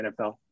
NFL